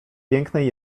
pięknej